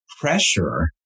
pressure